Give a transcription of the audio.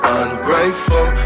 ungrateful